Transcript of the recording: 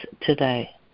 today